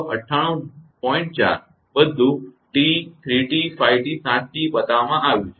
4 બધું T 3T 5T 7T બતાવવામાં આવ્યું છે